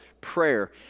prayer